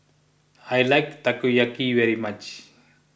I like Takoyaki very much